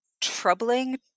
troubling